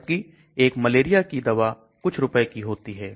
जबकि एक मलेरिया की दवा कुछ रुपए की होती है